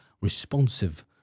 responsive